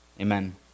amen